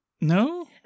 no